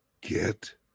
get